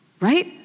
Right